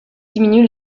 diminue